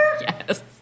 Yes